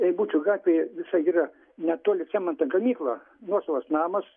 eibučių gatvėje visai yra netoli cemento gamykla nuosavas namas